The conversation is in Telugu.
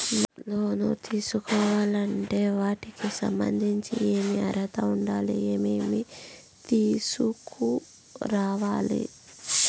లోను తీసుకోవాలి అంటే వాటికి సంబంధించి ఏమి అర్హత ఉండాలి, ఏమేమి తీసుకురావాలి